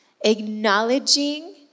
Acknowledging